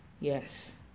Yes